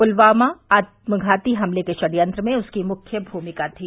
पुलवामा आत्मघाती हमले के षडयंत्र में उसकी मुख्य भूमिका थी